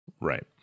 Right